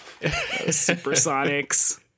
Supersonics